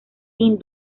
sin